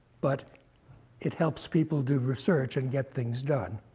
but it helps people do research and get things done.